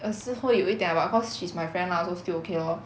uh 是会有一点 lah but cause she's my friend lah so still okay lor